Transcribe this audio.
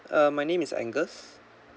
uh my name is angles